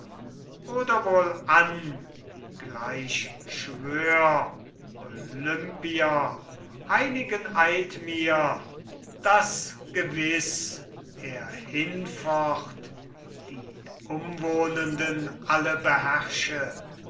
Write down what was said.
oder wohlan gleich schwör olympier heiligen eid mir daß gewiß er hinfort die umwohnenden alle beherrsche